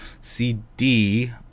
CD